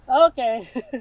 Okay